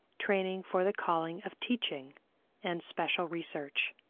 training for the calling of teaching and special research.